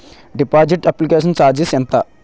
Deposit application charges ఎంత?